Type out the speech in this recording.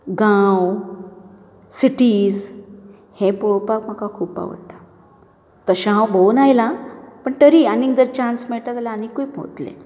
गांव सिटीझ हें पळोवपाक म्हाका खूब आवडटा तशें हांव भोवून आयलां पूण तरीय आनीक जर चान्स मेळ्ळो जाल्यार आनीकूय